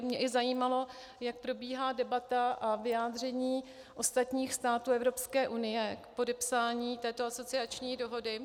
Mě i zajímalo, jak probíhá debata a vyjádření ostatních států Evropské unie k podepsání této asociační dohody.